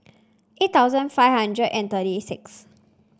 eight thousand five hundred and thirty six